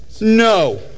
No